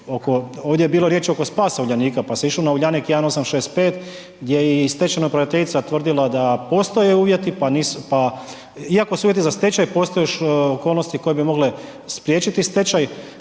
ovdje je bilo riječi oko spasa Uljanika, pa se išlo na Uljanik 1865 gdje je i stečajna upraviteljica tvrdila da postoje uvjeti, pa nisu, pa, iako su uvjeti za stečaj postoje još okolnosti koje bi mogle spriječiti stečaj,